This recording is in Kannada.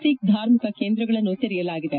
ಸಿಖ್ ಧಾರ್ಮಿಕ ಕೇಂದ್ರಗಳನ್ನು ತೆರೆಯಲಾಗಿದೆ